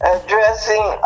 Addressing